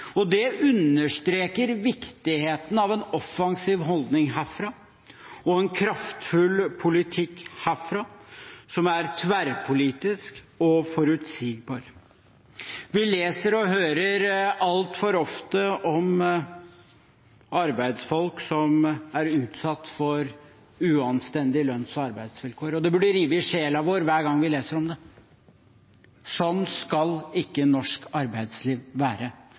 Det understreker viktigheten av en offensiv holdning herfra og en kraftfull politikk herfra, som er tverrpolitisk og forutsigbar. Vi leser og hører altfor ofte om arbeidsfolk som er utsatt for uanstendige lønns- og arbeidsvilkår, og det burde rive i sjela vår hver gang vi leser om dette. Sånn skal ikke norsk arbeidsliv være.